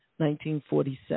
1947